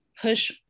push